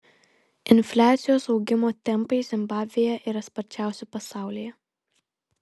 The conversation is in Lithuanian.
infliacijos augimo tempai zimbabvėje yra sparčiausi pasaulyje